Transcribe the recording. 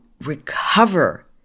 recover